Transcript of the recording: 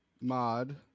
mod